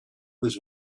was